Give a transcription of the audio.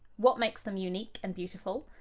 what makes them unique and beautiful,